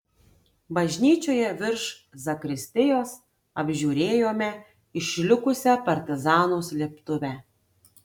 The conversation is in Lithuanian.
bažnyčioje virš zakristijos apžiūrėjome išlikusią partizanų slėptuvę